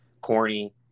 corny